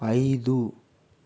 ఐదు